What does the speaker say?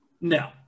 no